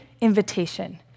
invitation